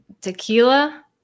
Tequila